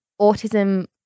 autism